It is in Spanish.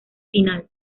final